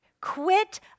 Quit